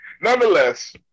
nonetheless